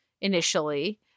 initially